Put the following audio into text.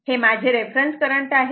हे माझे reference current आहे